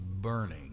burning